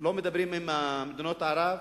לא מדברים עם מדינות ערב,